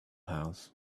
house